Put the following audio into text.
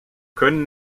können